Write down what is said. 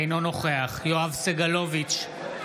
אינו נוכח יואב סגלוביץ'